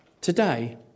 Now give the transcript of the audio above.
today